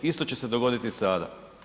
Isto će se dogoditi i sada.